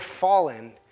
fallen